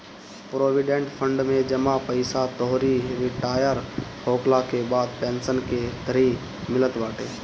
provident fund में जमा पईसा तोहरी रिटायर होखला के बाद पेंशन के तरही मिलत बाटे